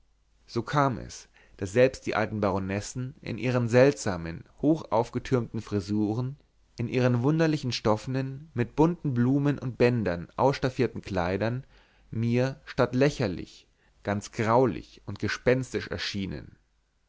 so kam es daß selbst die alten baronessen in ihren seltsamen hochaufgetürmten frisuren in ihren wunderlichen stoffnen mit bunten blumen und bändern ausstaffierten kleidern mir statt lächerlich ganz graulich und gespenstisch erschienen